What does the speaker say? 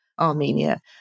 Armenia